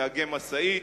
נהגי משאיות.